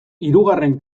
hirugarren